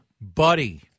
Buddy